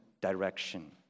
direction